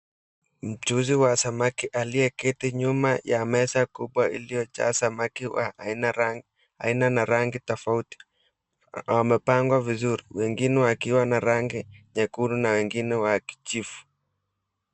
Mchuuzi wa samaki aliyeketi nyuma ya meza kubwa iliyojaa samaki wa aina ra aina na rangi tofauti na wamepangwa vizuri. Wengine wakiwa na rangi nyekundu na wengine wa kijivu.